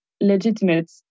legitimate